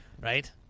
Right